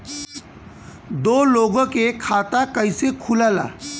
दो लोगक खाता कइसे खुल्ला?